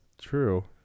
True